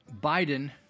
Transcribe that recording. Biden